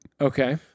Okay